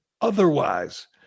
otherwise